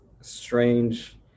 strange